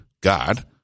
God